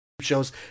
shows